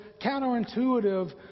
counterintuitive